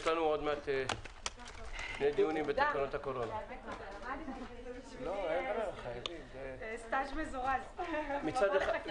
הישיבה ננעלה בשעה 09:45.